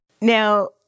Now